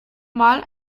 mal